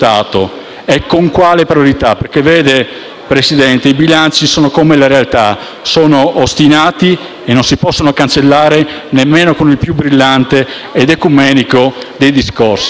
con quale priorità. Vede, signor Presidente, i bilanci sono come la realtà: sono ostinati e non si possono cancellare, nemmeno con il più brillante ed ecumenico dei discorsi.